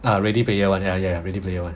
ah ready player one ya ya ready player one